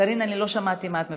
קארין, לא שמעתי מה את מבקשת.